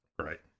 Right